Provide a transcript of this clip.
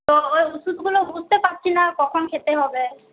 তো ওই ওষুধগুলো বুঝতে পারছি না কখন খেতে হবে